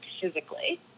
physically